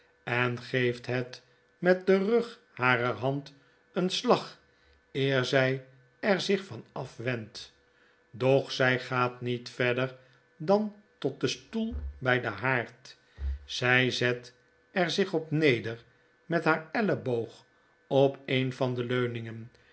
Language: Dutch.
en geeft het met den rug harer hand een slag eer zy er zich van afwendt doch zij gaat niet verder dan tot den stoel by den haard zy zet er zich op neder met haar elleboog op een van de leuningen